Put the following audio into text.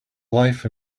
life